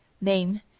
Name